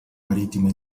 marítima